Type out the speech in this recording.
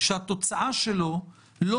שהתוצאה שלו לא